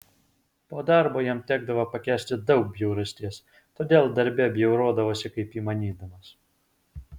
po darbo jam tekdavo pakęsti daug bjaurasties todėl darbe bjaurodavosi kaip įmanydamas